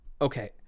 okay